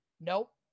Nope